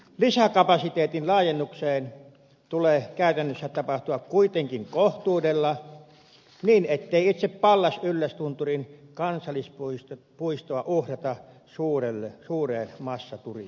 lisäkapasiteetin laajennuksen tulee käytännössä tapahtua kuitenkin kohtuudella niin ettei itse pallas yllästunturin kansallispuistoa uhrata suureen massaturismiin